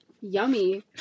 yummy